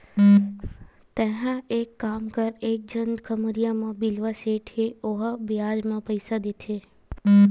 तेंहा एक काम कर एक झन खम्हरिया म बिलवा सेठ हे ओहा बियाज म पइसा देथे